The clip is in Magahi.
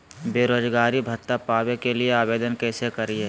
बेरोजगारी भत्ता पावे के लिए आवेदन कैसे करियय?